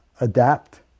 adapt